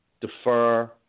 defer